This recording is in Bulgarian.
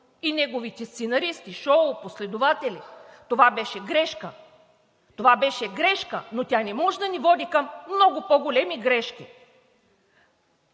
и неговите сценаристи, шоу, последователи – това беше грешка, но тя не може да не води към много по-големи грешки.